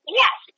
yes